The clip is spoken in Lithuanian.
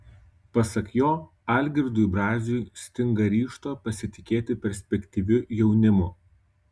pasak jo algirdui braziui stinga ryžto pasitikėti perspektyviu jaunimu